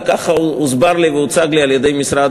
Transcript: וככה הוסבר לי והוצג לי על-ידי משרד